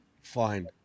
Fine